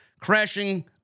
crashing